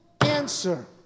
answer